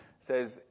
says